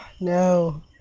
no